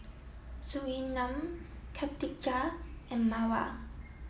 Surinam Khatijah and Mawar